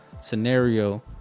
scenario